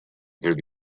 through